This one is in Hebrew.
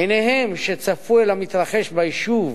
עיניהם שצפו על המתרחש ביישוב